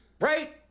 Right